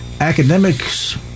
Academics